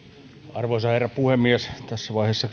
arvoisa herra puhemies tässä vaiheessa